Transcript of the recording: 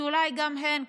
שאולי גם הן,